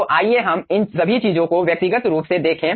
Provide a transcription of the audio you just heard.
तो आइए हम इन सभी चीजों को व्यक्तिगत रूप से देखें